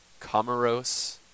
comoros